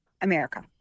America